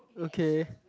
okay